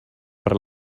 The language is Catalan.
per